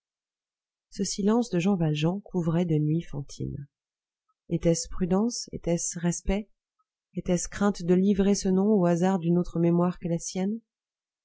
ce silence de jean valjean couvrait de nuit fantine etait-ce prudence était-ce respect était-ce crainte de livrer ce nom aux hasards d'une autre mémoire que la sienne